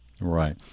Right